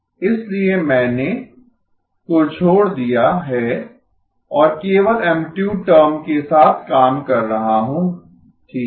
इसलिए मैंने को छोड़ दिया है और केवल ऐमप्लितुड टर्म के साथ काम कर रहा हूं ठीक है